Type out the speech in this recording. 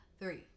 Three